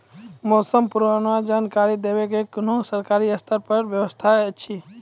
मौसम पूर्वानुमान जानकरी देवाक कुनू सरकारी स्तर पर व्यवस्था ऐछि?